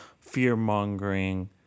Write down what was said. fear-mongering